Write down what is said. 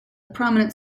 prominent